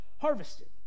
harvested